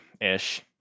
ish